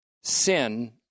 sin